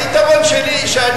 היתרון שלי,